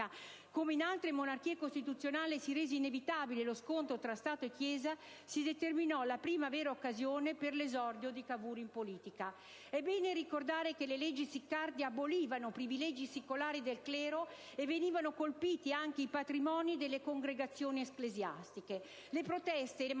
come in altre monarchie costituzionali, si rese inevitabile lo scontro tra Stato e Chiesa, si determinò la prima vera occasione per l'esordio di Cavour in politica. È bene ricordare che le leggi Siccardi abolivano privilegi secolari del clero e venivano colpiti anche i patrimoni delle congregazioni ecclesiastiche. Le proteste e le